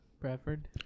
Bradford